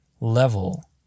level